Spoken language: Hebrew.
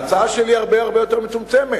ההצעה שלי הרבה הרבה יותר מצומצמת,